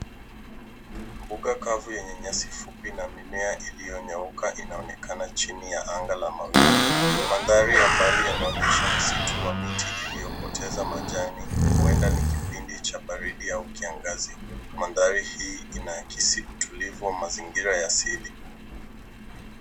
Mbuga kavu yenye nyasi fupi na mimea iliyonyauka inaonekana chini ya anga la mawingu. Mandhari ya mbali yanaonyesha msitu wa miti iliyopoteza majani huenda ni kipindi cha baridi au kiangazi. Mandhari hii inaakisi utulivu wa mazingira ya asili.